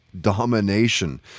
domination